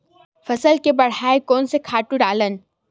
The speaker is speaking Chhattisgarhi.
फसल ल बढ़ाय कोन से खातु डालन?